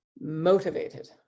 Motivated